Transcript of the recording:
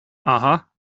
aha